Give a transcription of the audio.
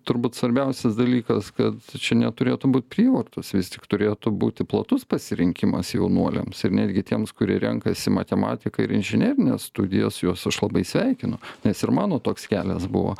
turbūt svarbiausias dalykas kad čia neturėtų būt prievartos vis tik turėtų būti platus pasirinkimas jaunuoliams ir netgi tiems kurie renkasi matematiką ir inžinerines studijas juos aš labai sveikinu nes ir mano toks kelias buvo